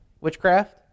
witchcraft